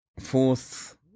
fourth